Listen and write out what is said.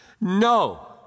No